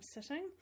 sitting